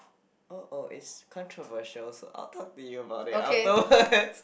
(uh oh) it's controversial so I'll talk to you about it afterwards